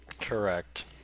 Correct